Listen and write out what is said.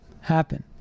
happen